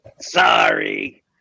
Sorry